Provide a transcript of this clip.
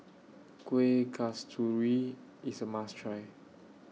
Kuih Kasturi IS A must Try